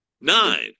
nine